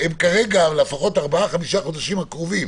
כרגע, לפחות ארבעה, חמישה חודשים הקרובים